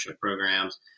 programs